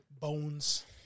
Bones